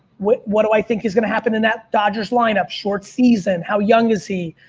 what what do i think is going to happen in that dodgers lineup? short season? how young is he?